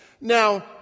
Now